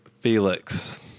Felix